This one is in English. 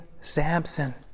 Samson